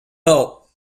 help